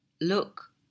look